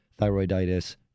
thyroiditis